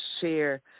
share